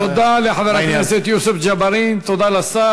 תודה לחבר הכנסת יוסף ג'בארין, תודה לשר.